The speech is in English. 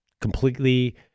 completely